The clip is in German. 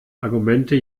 argumente